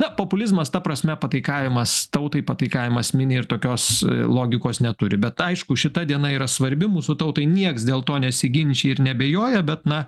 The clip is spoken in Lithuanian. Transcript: na populizmas ta prasme pataikavimas tautai pataikavimas miniai ir tokios logikos neturi bet aišku šita diena yra svarbi mūsų tautai nieks dėl to nesiginčija ir neabejoja bet na